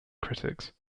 critics